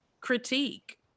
critique